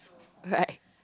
right